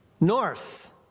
North